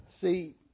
See